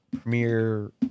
premiere